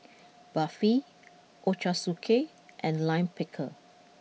Barfi Ochazuke and Lime Pickle